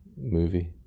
movie